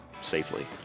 safely